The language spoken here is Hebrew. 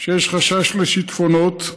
שיש חשש לשיטפונות,